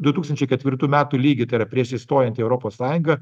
du tūkstančiai ketvirtų metų lygį ta yra prieš įstojant į europos sąjungą